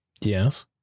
Yes